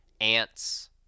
ants –